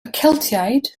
celtiaid